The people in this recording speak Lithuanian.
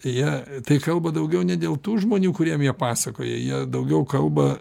jie tai kalba daugiau ne dėl tų žmonių kuriem jie pasakoja jie daugiau kalba